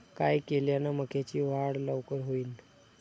काय केल्यान मक्याची वाढ लवकर होईन?